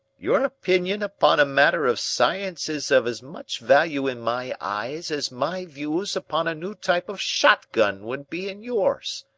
your opinion upon a matter of science is of as much value in my eyes as my views upon a new type of shot-gun would be in yours.